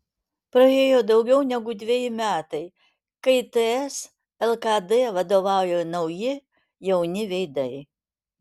praėjo daugiau negu dveji metai kai ts lkd vadovauja nauji jauni veidai